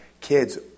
kids